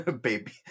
baby